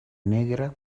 negra